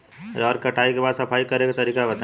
रहर के कटाई के बाद सफाई करेके तरीका बताइ?